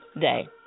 day